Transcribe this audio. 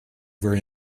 very